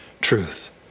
truth